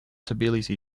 tbilisi